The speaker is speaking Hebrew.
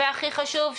והכי חשוב,